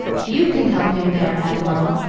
you can help him there, admiral,